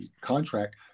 contract